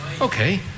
okay